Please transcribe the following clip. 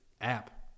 app